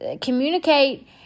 Communicate